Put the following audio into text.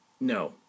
no